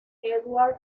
eduard